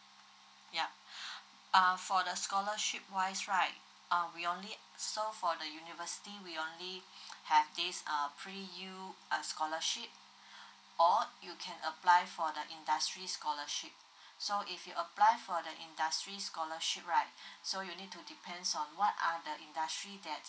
yup uh for the scholarship wise right uh we only so for the university we only have these uh pre U uh scholarship or you can apply for the industry scholarship so if you apply for the industry scholarship right so you need to depends on what are the industry that